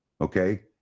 Okay